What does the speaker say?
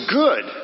good